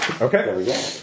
Okay